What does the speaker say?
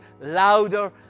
louder